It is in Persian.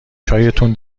تون